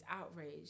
outraged